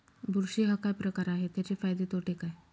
बुरशी हा काय प्रकार आहे, त्याचे फायदे तोटे काय?